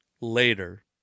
later